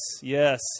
Yes